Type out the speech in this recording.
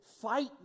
Fight